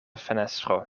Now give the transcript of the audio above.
fenestro